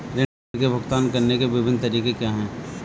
ऋृण के भुगतान करने के विभिन्न तरीके क्या हैं?